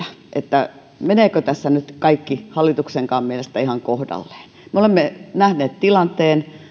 että meneekö tässä nyt kaikki hallituksenkaan mielestä ihan kohdalleen me olemme nähneet tilanteen